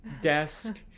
desk